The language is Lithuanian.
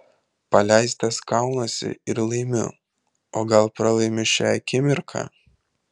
paleistas kaunuosi ir laimiu o gal pralaimiu šią akimirką